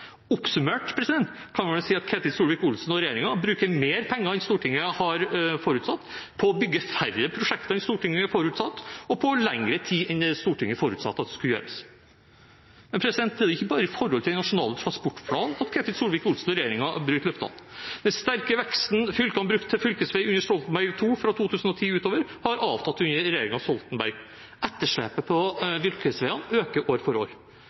kan en vel si at Ketil Solvik-Olsen og regjeringen bruker mer penger enn Stortinget har forutsatt, på å bygge færre prosjekter enn Stortinget har forutsatt, og på lengre tid enn det Stortinget forutsatte at det skulle gjøres. Det er ikke bare når det gjelder Nasjonal transportplan, at Ketil Solvik-Olsen og regjeringen bryter løftene. Den sterke veksten fylkene brukte til fylkesvei under Stoltenberg II-regjeringen fra 2010 og utover, har avtatt under regjeringen Solberg. Etterslepet på fylkesveiene øker år for år.